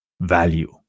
value